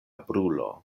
brulo